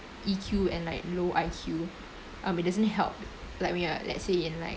E_Q and like low I_Q um it doesn't help like I mean ah let's say in like